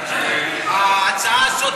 ההצעה הזאת,